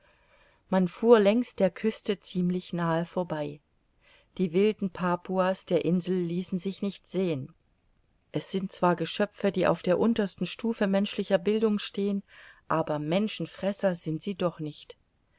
man fuhr längs der küste ziemlich nahe vorbei die wilden papua's der insel ließen sich nicht sehen es sind zwar geschöpfe die auf der untersten stufe menschlicher bildung stehen aber menschenfresser sind sie doch nicht